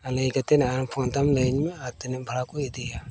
ᱟᱨ ᱞᱟᱹᱭ ᱠᱟᱛᱮᱫ ᱟᱨ ᱛᱮᱢ ᱞᱟᱹᱭᱟᱹᱧ ᱢᱮ ᱟᱨ ᱛᱤᱱᱟᱹᱜ ᱵᱷᱟᱲᱟ ᱠᱚ ᱤᱫᱤᱭᱟ